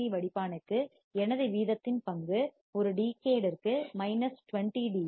C வடிப்பானுக்கு எனது வீதத்தின் பங்கு ஒரு டிகேட் ற்கு மைனஸ் 20 டி